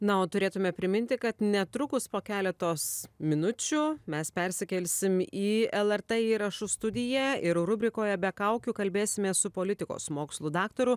na o turėtume priminti kad netrukus po keletos minučių mes persikelsim į lrt įrašų studiją ir rubrikoje be kaukių kalbėsimės su politikos mokslų daktaru